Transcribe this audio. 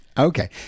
Okay